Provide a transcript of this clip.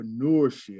entrepreneurship